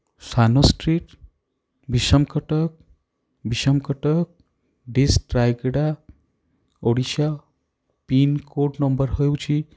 ସାନ street Bissam Cuttack Bissam Cuttack dist Rayagada Odisha pincode number ହେଉଛି